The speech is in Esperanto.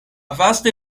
vaste